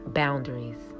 boundaries